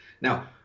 Now